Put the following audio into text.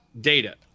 data